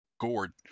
gourd